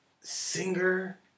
singer